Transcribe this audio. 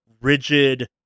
rigid